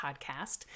podcast